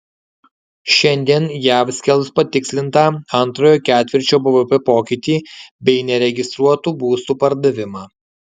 šiandien jav skelbs patikslintą antrojo ketvirčio bvp pokytį bei neregistruotų būstų pardavimą